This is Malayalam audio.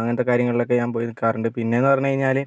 അങ്ങനത്തെ കാര്യങ്ങളിലൊക്കെ ഞാൻ പോയി നിൽക്കാറുണ്ട് പിന്നെയെന്ന് പറഞ്ഞ് കഴിഞ്ഞാൽ